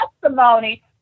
testimony